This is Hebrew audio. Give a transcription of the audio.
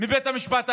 מבית המשפט העליון.